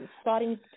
starting